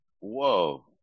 Whoa